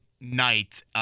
night